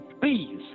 Please